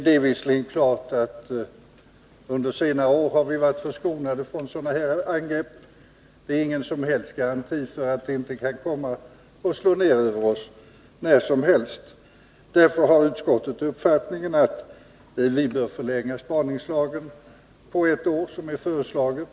Det är visserligen klart att vi under senare år varit förskonade från sådana angrepp, men det är ingen som helst garanti för att de inte kan komma att slå ned över oss när som helst. Därför har utskottet uppfattningen att vi bör förlänga spaningslagen på ett år, som det är föreslaget.